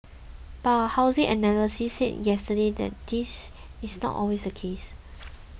but a housing analyst said yesterday this is not always the case